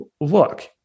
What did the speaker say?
look